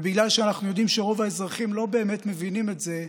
ובגלל שאנחנו יודעים שרוב האזרחים לא באמת מבינים את זה,